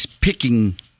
picking